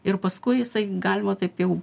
ir paskui jisai galima taip jau